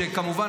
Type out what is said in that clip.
שכמובן,